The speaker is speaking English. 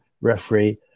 referee